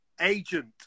agent